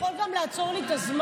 אתה יכול גם לעצור לי את הזמן.